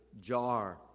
jar